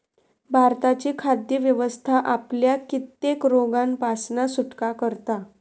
भारताची खाद्य व्यवस्था आपल्याक कित्येक रोगांपासना सुटका करता